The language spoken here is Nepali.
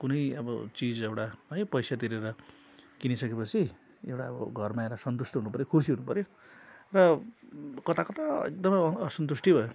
कुनै अब चिज एउटा है पैसा तिरेर किनिसके पछि एउटा अब घरमा आएर सन्तुष्टि हुनुपर्यो खुसी हुनुपर्यो र कता कता एकदमै असन्तुष्टि भयो